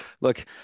look –